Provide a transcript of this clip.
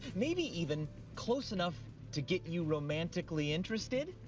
maybe even close enough to get you romantically interested?